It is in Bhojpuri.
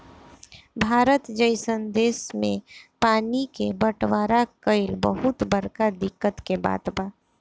भारत जइसन देश मे पानी के बटवारा कइल बहुत बड़का दिक्कत के बात बा